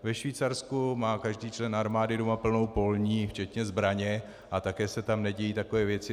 Ve Švýcarsku má každý člen armády doma plnou polní včetně zbraně a také se tam nedějí takové věci.